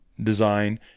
design